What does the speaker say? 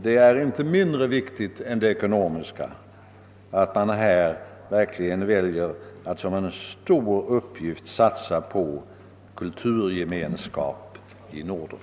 Det är inte mindre viktigt än ekonomisk samverkan att man verkligen väljer att satsa på kulturgemenskap i Norden.